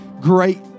great